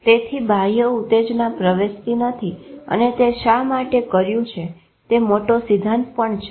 તેથી બાહ્ય ઉતેજના પ્રવેશતી નથી અને તે શા માટે કર્યું છે તે મોટો સિદ્ધાંત પણ છે